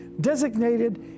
designated